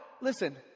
Listen